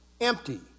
empty